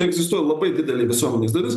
egzistuoja labai didelė visuomenės dalis